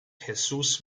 jesus